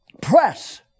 press